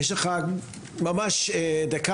יש לך ממש דקה,